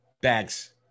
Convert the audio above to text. bags